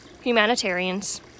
humanitarians